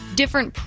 different